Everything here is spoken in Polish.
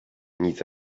nic